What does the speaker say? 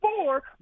four